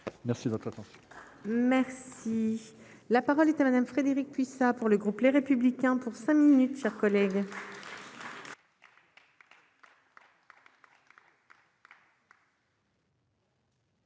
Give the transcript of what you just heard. Merci de votre attention, merci. La parole est à Madame, Frédérique Puissat pour le groupe Les Républicains pour 5 minutes chers collègues.